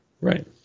Right